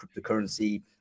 cryptocurrency